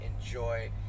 enjoy